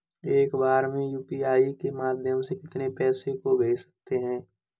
एक बार में यू.पी.आई के माध्यम से कितने पैसे को भेज सकते हैं?